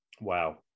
wow